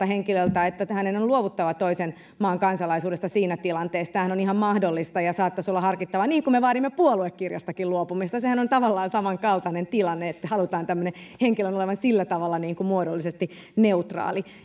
henkilöltä että hänen on luovuttava toisen maan kansalaisuudesta siinä tilanteessa tämähän on ihan mahdollista ja saattaisi olla harkittavaa niin kuin me vaadimme puoluekirjastakin luopumista sehän on tavallaan samankaltainen tilanne että halutaan tämmöisen henkilön olevan sillä tavalla muodollisesti neutraali